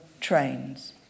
trains